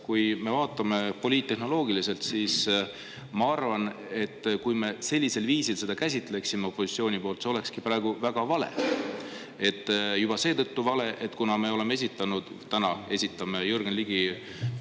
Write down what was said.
kui me vaatame poliittehnoloogiliselt, siis ma arvan, et kui me sellisel viisil seda käsitleksime opositsiooni poolt, see olekski praegu väga vale. Juba seetõttu vale, et kuna me oleme esitanud, täna esitame Jürgen Ligi